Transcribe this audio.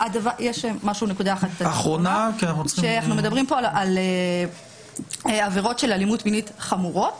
אנחנו מדברים פה על עבירות של אלימות מינית חמורות.